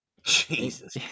Jesus